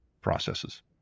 processes